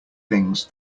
things